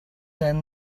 sent